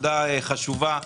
חשובה,